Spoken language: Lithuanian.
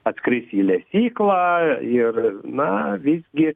atskris į lesyklą ir na visgi